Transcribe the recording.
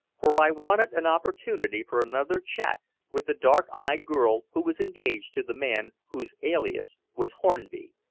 for i wanted an opportunity for another chat with the dark-eyed girl who was engaged to the man whose alias was hornby.